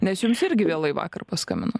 nes jums irgi vėlai vakar paskambino